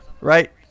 right